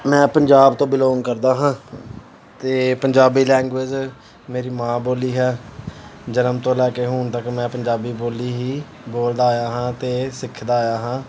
ਮੈਂ ਪੰਜਾਬ ਤੋਂ ਬਿਲੋਂਗ ਕਰਦਾ ਹਾਂ ਅਤੇ ਪੰਜਾਬੀ ਲੈਂਗੁਏਜ ਮੇਰੀ ਮਾਂ ਬੋਲੀ ਹੈ ਜਨਮ ਤੋਂ ਲੈ ਕੇ ਹੁਣ ਤੱਕ ਮੈਂ ਪੰਜਾਬੀ ਬੋਲੀ ਹੀ ਬੋਲਦਾ ਆਇਆ ਹਾਂ ਅਤੇ ਸਿੱਖਦਾ ਆਇਆ ਹਾਂ